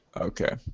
Okay